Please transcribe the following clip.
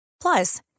Plus